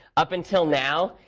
up until now,